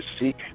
seek